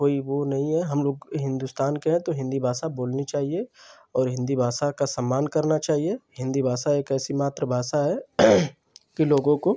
कोई वह नहीं है हमलोग हिन्दुस्तान के हैं तो हिन्दी भाषा बोलनी चाहिए और हिन्दी भाषा का सम्मान करना चाहिए हिन्दी भाषा एक ऐसी मातृभाषा है कि लोगों को